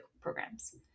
programs